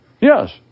Yes